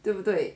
对不对